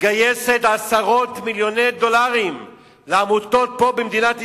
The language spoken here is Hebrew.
מגייסת עשרות מיליוני דולרים לעמותות פה במדינת ישראל,